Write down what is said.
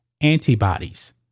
antibodies